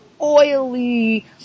oily